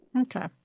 Okay